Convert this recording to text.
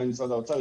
גם עם משרד האוצר.